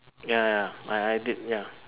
ya ya I I did ya